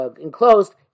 enclosed